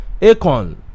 Akon